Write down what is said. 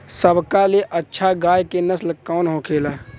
सबका ले अच्छा गाय के नस्ल कवन होखेला?